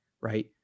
right